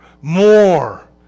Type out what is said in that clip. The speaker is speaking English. More